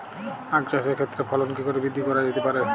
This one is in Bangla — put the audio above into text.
আক চাষের ক্ষেত্রে ফলন কি করে বৃদ্ধি করা যেতে পারে?